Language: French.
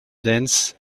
dance